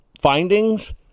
findings